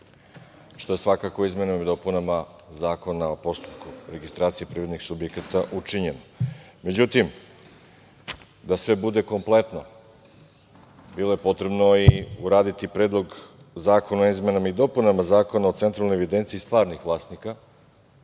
što je svakako izmenama i dopunama Zakona o postupku registracije privrednih subjekata učinjeno.Međutim, da sve bude kompletno, bilo je potrebno i uraditi Predlog zakona o izmenama i dopunama Zakona o Centralnoj evidenciji stvarnih vlasnika,